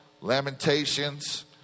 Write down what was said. Lamentations